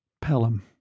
Pelham